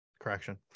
correction